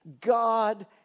God